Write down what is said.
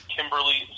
Kimberly